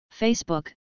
Facebook